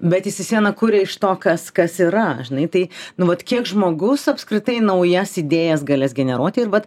bet jis vis viena kuria iš to kas kas yra žinai tai nu vat kiek žmogus apskritai naujas idėjas galės generuoti ir vat